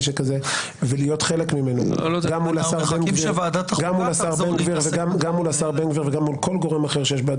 שכזה ולהיות חלק ממנו גם מול השר בן גביר וגם מול כל גורם אחר כדי